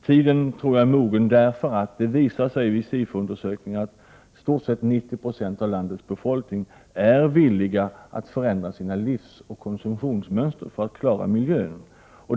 Tiden tror jag är mogen, för det visar sig i Sifoundersökningar att i stort sett 90 96 av landets befolkning är villiga att förändra sina livsoch konsumtionsmönster för att klara miljön.